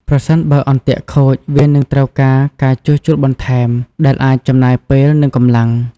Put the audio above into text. ប្រសិនបើអន្ទាក់ខូច វានឹងត្រូវការការជួសជុលបន្ថែម ដែលអាចចំណាយពេលនិងកម្លាំង។